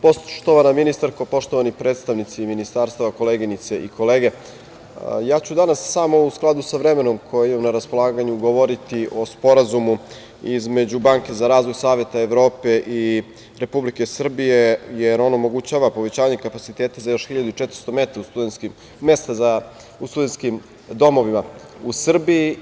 Poštovana ministarko, poštovani predstavnici ministarstva, koleginice i kolege, ja ću danas samo u skladu sa vremenom koje imam na raspolaganju govoriti o Sporazumu između Banke za razvoj Saveta Evrope i Republike Srbije, jer on omogućava povećanje kapaciteta za još 1.400 mesta u studentskim domovima u Srbiji.